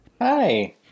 Hi